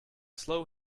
slow